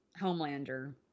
Homelander